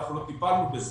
אנחנו לא טיפלנו בזה,